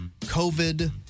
COVID